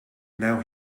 now